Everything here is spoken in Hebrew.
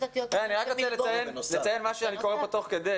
אני רק רוצה לציין משהו שאני קורא פה תוך כדי.